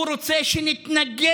הוא רוצה שנתנגד